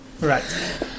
Right